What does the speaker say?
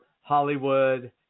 hollywood